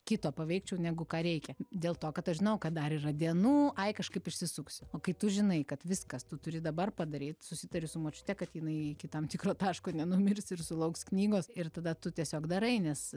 kito paveikčiau negu ką reikia dėl to kad aš žinojau kad dar yra dienų ai kažkaip išsisuksiu o kai tu žinai kad viskas tu turi dabar padaryt susitari su močiute kad jinai iki tam tikro taško nenumirs ir sulauks knygos ir tada tu tiesiog darai nes